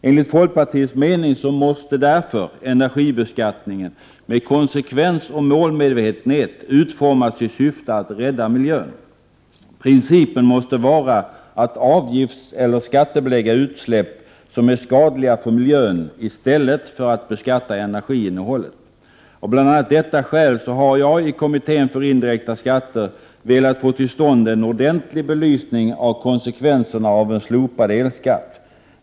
Enligt folkpartiets mening måste därför energibeskattningen med konsekvens och målmedvetenhet utformas i syfte att rädda miljön. Principen måste vara att avgiftseller skattebelägga utsläpp som är skadliga för miljön i stället för att avgifterna eller skatterna skall drabba energiinnehållet. Av bl.a. detta skäl har jag i kommittén för indirekta skatter velat få till stånd en ordentlig belysning av konsekvenserna av ett slopande av elskatten.